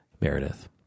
Meredith